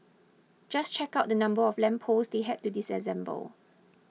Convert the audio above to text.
just check out the number of lamp posts they had to disassemble